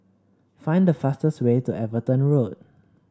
find the fastest way to Everton Road